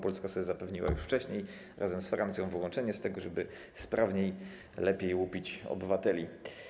Polska zapewniła sobie już wcześniej razem z Francją wyłączenie z tego, żeby sprawniej, lepiej łupić obywateli.